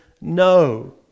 no